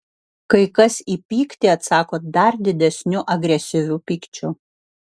kai kas į pyktį atsako dar didesniu agresyviu pykčiu